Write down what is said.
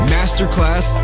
Masterclass